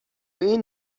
این